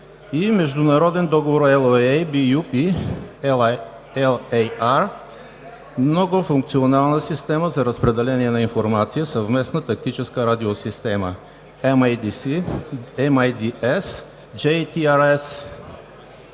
международен договор (LOA) BU-P-LAR „Многофункционална система за разпределение на информация – Съвместна тактическа радиосистема (MIDS JTRS)